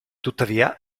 tuttavia